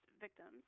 victims